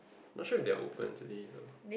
not sure if they are open today though